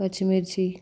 పచ్చిమిర్చి